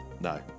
no